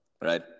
right